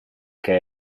che